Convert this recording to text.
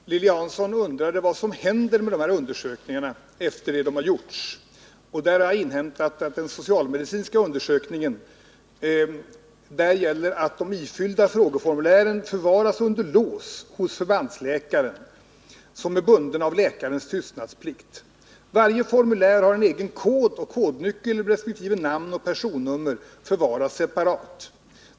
Herr talman! Lilly Hansson undrade vad som händer med undersökningarna efter det att de gjorts. Jag har inhämtat att beträffande den socialmedicinska undersökningen gäller att de ifyllda frågeformulären förvaras under lås hos förbandsläkaren, som är bunden av läkarens tystnadsplikt. Varje formulär har en egen kod, och kodnyckel för resp. namn och personnummer förvaras separat.